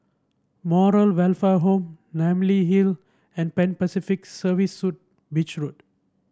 Moral Welfare Home Namly Hill and Pan Pacific Service Suite Beach Road